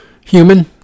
human